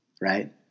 Right